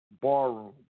barroom